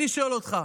אני שואל אותך,